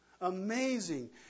amazing